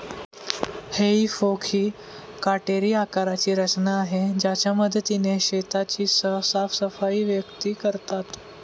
हेई फोक ही काटेरी आकाराची रचना आहे ज्याच्या मदतीने शेताची साफसफाई व्यक्ती करतात